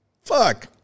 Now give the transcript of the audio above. Fuck